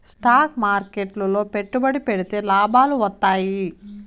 stock మార్కెట్లు లో పెట్టుబడి పెడితే లాభాలు వత్తాయి